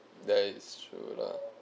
there is true lah